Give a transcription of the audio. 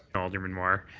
alderman mar,